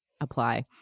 apply